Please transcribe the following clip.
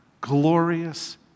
glorious